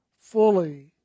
fully